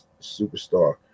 Superstar